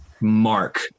mark